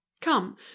Come